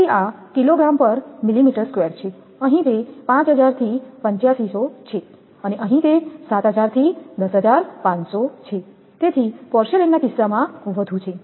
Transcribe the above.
તેથી આ 𝑘𝑔 𝑚𝑚2 છે અહીં તે 5000 થી 8500 છે અને અહીં તે 7000 થી 10500 છે તેથી પોર્સેલેઇનના કિસ્સામાં વધુ છે